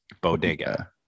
Bodega